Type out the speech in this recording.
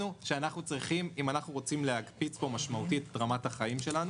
שאם אנחנו רוצים להקפיץ פה משמעותית את רמת החיים שלנו,